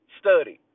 study